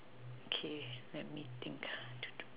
okay let me think ah